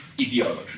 ideology